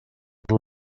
les